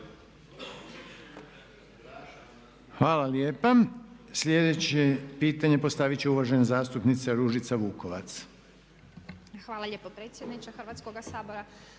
vam lijepa. Sljedeće pitanje postavit će uvažena zastupnica Ružica Vukovac. **Vukovac, Ružica (MOST)** Hvala lijepo predsjedniče Hrvatskoga sabora.